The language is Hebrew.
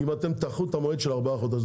אם אתם תאחרו את המועד של הארבעה חודשים,